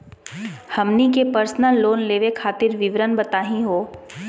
हमनी के personal loan लेवे खातीर विवरण बताही हो?